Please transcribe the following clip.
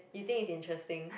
you think is interesting